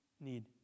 need